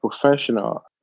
professional